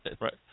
Right